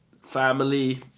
family